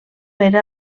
era